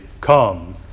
come